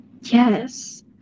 Yes